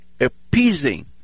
appeasing